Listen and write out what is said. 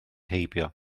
heibio